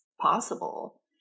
possible